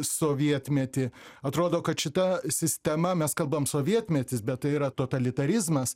sovietmetį atrodo kad šita sistema mes kalbam sovietmetis bet tai yra totalitarizmas